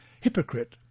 Hypocrite